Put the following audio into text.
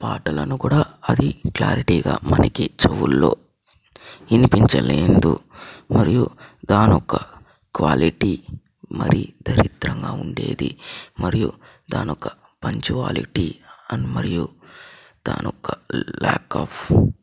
పాటలను కూడా అది క్లారిటీగా మనకి చెవుల్లో వినిపించలేదు మరియు దానొక క్వాలిటీ మరి దరిద్రంగా ఉండేది మరియు దానొక పంచువాలిటీ అండ్ మరియు దానొక ల్యాక్ ఆఫ్